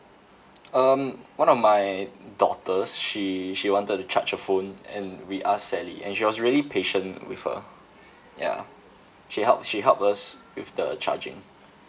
um one of my daughters she she wanted to charge her phone and we asked sally and she was really patient with her ya she helped she helped us with the charging